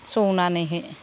संनानैहाय